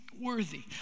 worthy